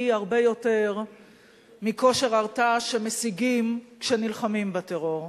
הרבה יותר מכושר הרתעה שמשיגים כשנלחמים בטרור.